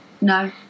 No